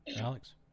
alex